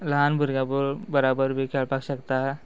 ल्हान भुरग्यां बरोबर बी खेळपाक शकता